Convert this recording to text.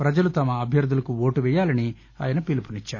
ప్రజలు తమ అభ్యర్గులకు ఓటు పేయాలని ఆయన పిలుపునిచ్చారు